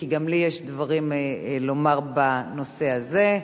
כי גם לי יש דברים לומר בנושא הזה,